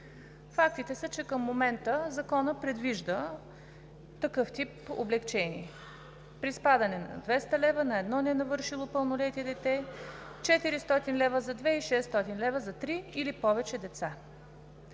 Фактите са, че към момента Законът предвижда такъв тип облекчения – приспадане на 200 лв. за едно ненавършило пълнолетие дете, 400 лв. за две и 600 лв. за три или повече деца.